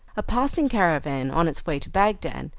a passing caravan, on its way to bagdad,